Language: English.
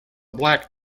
black